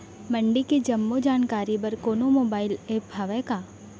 मंडी के जम्मो जानकारी बर कोनो मोबाइल ऐप्प हवय का?